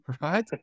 Right